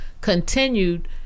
continued